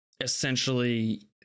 essentially